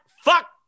fuck